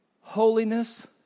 holiness